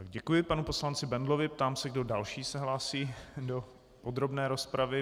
Tak děkuji panu poslanci Bendlovi, ptám se, kdo další se hlásí do podrobné rozpravy.